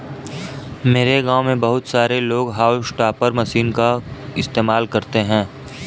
मेरे गांव में बहुत सारे लोग हाउस टॉपर मशीन का इस्तेमाल करते हैं